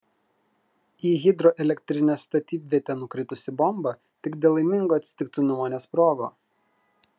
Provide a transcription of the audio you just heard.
į hidroelektrinės statybvietę nukritusi bomba tik dėl laimingo atsitiktinumo nesprogo